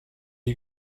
you